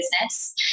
business